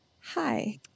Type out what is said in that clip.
Hi